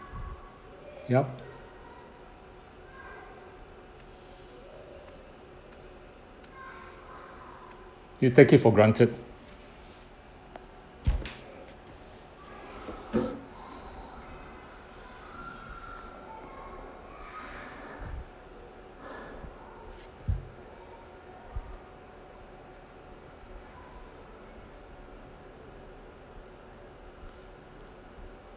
yup we take it for granted